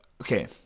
Okay